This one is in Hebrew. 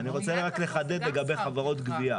אני רוצה לחדד לגבי חברות גבייה,